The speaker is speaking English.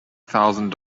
thousand